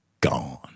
gone